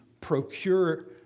procure